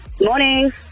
Morning